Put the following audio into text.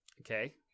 Okay